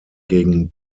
gegen